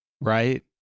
right